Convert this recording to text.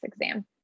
exam